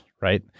right